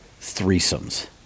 threesomes